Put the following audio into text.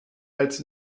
als